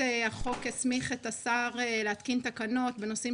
החוק הסמיך את השר להתקין תקנות בנושאים